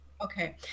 Okay